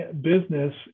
business